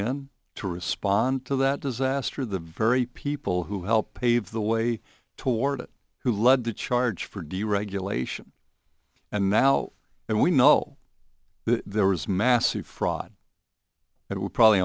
in to respond to that disaster the very people who helped pave the way toward it who led the charge for deregulation and now and we know there was massive fraud it would probably